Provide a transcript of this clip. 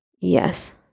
Yes